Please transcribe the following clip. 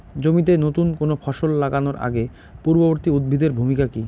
জমিতে নুতন কোনো ফসল লাগানোর আগে পূর্ববর্তী উদ্ভিদ এর ভূমিকা কি?